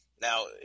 Now